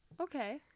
Okay